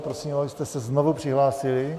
Prosím, abyste se znovu přihlásili.